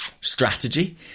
strategy